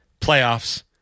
playoffs